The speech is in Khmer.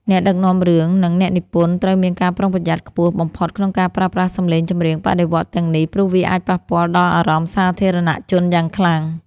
អ្នកដឹកនាំរឿង និងអ្នកនិពន្ធត្រូវមានការប្រុងប្រយ័ត្នខ្ពស់បំផុតក្នុងការប្រើប្រាស់សម្លេងចម្រៀងបដិវត្តន៍ទាំងនេះ ព្រោះវាអាចប៉ះពាល់ដល់អារម្មណ៍សាធារណជនយ៉ាងខ្លាំង។